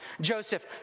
Joseph